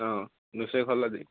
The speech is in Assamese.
অঁ দছেই হ'ল আজি